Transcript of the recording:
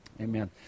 Amen